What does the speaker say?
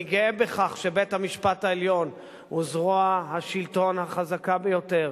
אני גאה בכך שבית-המשפט העליון הוא זרוע השלטון החזקה ביותר.